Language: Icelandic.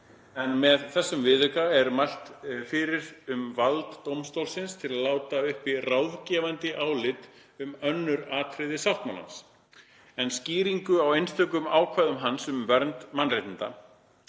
en með þessum viðauka er mælt fyrir um vald dómstólsins til að láta uppi ráðgefandi álit um önnur atriði sáttmálans en skýringu á einstökum ákvæðum hans um vernd mannréttinda.